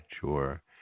Sure